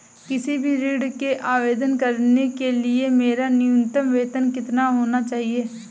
किसी भी ऋण के आवेदन करने के लिए मेरा न्यूनतम वेतन कितना होना चाहिए?